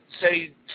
say